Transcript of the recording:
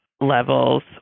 levels